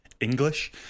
English